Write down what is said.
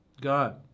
God